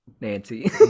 Nancy